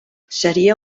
seria